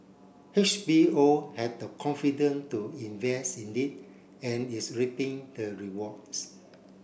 H B O had the confident to invest in it and is reaping the rewards